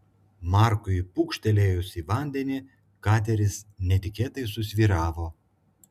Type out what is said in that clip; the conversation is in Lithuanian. markui pūkštelėjus į vandenį kateris netikėtai susvyravo